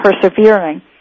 persevering